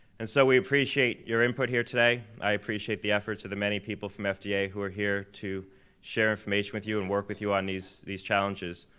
and so we appreciate your input here today. i appreciate the efforts of the many people from fda who are here to share information with you and work with on you on these these challenges.